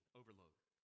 overload